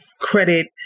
credit